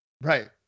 Right